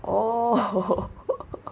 oh